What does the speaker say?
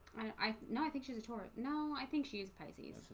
i know i think she's a torrent. no, i think she is pisces.